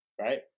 right